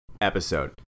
episode